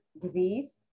disease